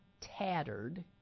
tattered